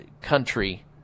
country